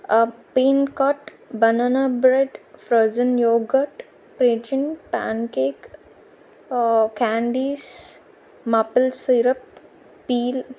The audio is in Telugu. పీన్కట్ బనానా బ్రెడ్ ఫ్రజన్ యోగర్ట్ ప్రేడ్చిన్ pancake candies maple syrup peel